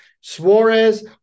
Suarez